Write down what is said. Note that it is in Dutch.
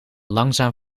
langzaam